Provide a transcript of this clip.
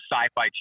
Sci-Fi